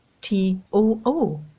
T-O-O